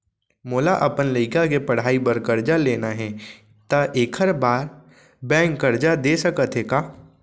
मोला अपन लइका के पढ़ई बर करजा लेना हे, त एखर बार बैंक करजा दे सकत हे का?